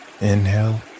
inhale